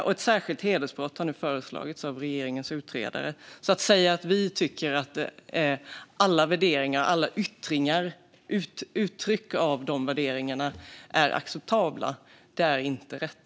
Och ett särskilt hedersbrott har nu föreslagits av regeringens utredare. Att säga att vi tycker att alla värderingar och alla yttringar av och uttryck för dem är acceptabla är alltså inte rätt.